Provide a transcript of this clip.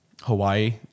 Hawaii